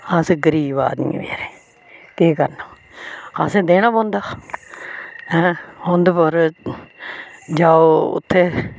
अस गरीब आदमी बचैरे केह् करना असें देना पौंदा है ओहदे बाद च जाओ उत्थै